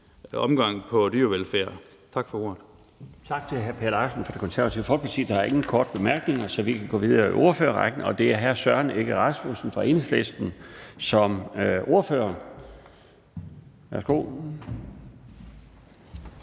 omgang på dyrevelfærdsområdet. Tak for ordet.